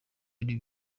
ibi